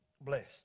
blessed